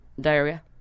diarrhea